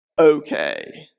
Okay